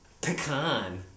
pecan